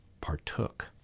Partook